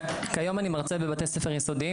כיום אני מרצה בבתי ספר יסודיים,